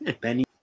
Benny